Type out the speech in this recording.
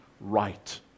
Right